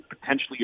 potentially